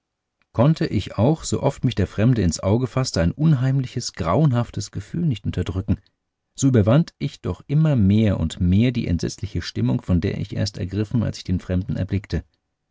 konnte ich auch sooft mich der fremde ins auge faßte ein unheimliches grauenhaftes gefühl nicht unterdrücken so überwand ich doch immer mehr und mehr die entsetzliche stimmung von der ich erst ergriffen als ich den fremden erblickte